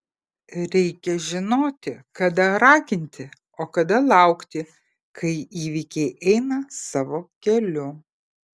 reikia žinoti kada raginti o kada laukti kai įvykiai eina savo keliu